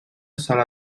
sala